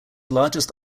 largest